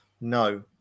No